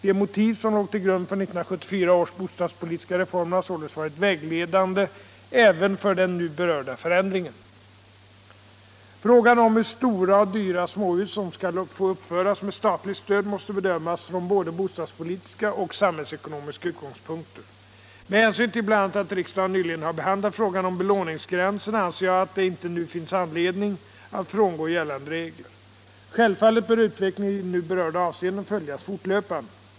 De motiv som låg till grund för 1974 års bostadspolitiska reformer har således varit vägledande även för den nu berörda förändringen. Frågan om hur stora och dyra småhus som skall få uppföras med statligt stöd måste bedömas från både bostadspolitiska och samhällsekonomiska utgångspunkter. Med hänsyn till bl.a. att riksdagen nyligen har behandlat frågan om belåningsgränsen anser jag att det nu inte finns anledning att frångå gällande regler. Självfallet bör utvecklingen i nu berörda avseenden följas fortlöpande.